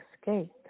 escape